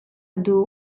duh